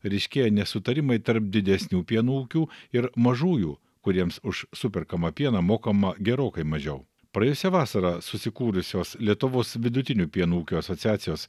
ryškėja nesutarimai tarp didesnių pienų ūkių ir mažųjų kuriems už superkamą pieną mokama gerokai mažiau praėjusią vasarą susikūrusios lietuvos vidutinių pieno ūkių asociacijos